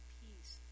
peace